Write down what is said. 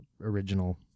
original